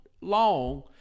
long